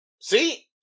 See